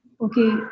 okay